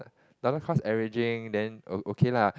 averaging then okay lah